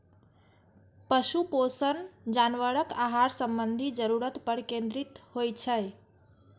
पशु पोषण जानवरक आहार संबंधी जरूरत पर केंद्रित होइ छै